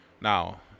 Now